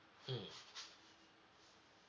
mmhmm